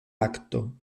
acto